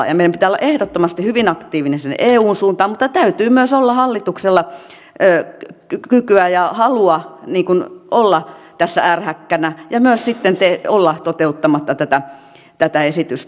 meidän pitää olla ehdottomasti hyvin aktiivinen sinne eun suuntaan mutta täytyy myös olla hallituksella kykyä ja halua olla tässä ärhäkkänä ja myös sitten olla toteuttamatta tätä esitystä